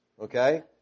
okay